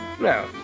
No